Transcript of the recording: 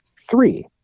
three